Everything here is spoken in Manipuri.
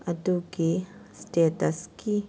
ꯑꯗꯨꯒꯤ ꯏꯁꯇꯦꯇꯁꯀꯤ